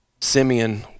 Simeon